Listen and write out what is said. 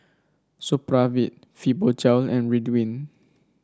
Supravit Fibogel and Ridwind